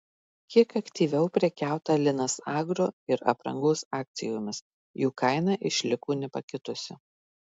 kiek aktyviau prekiauta linas agro ir aprangos akcijomis jų kaina išliko nepakitusi